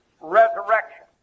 resurrection